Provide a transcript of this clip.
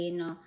no